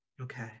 Okay